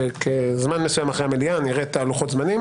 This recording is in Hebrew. כזמן מסוים אחרי המליאה נראה את לוחות הזמנים